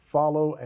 follow